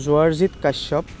Joyjit Kashyap